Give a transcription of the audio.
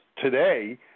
today